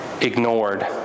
ignored